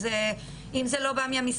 אז אם זה לא בא מהמשרדים,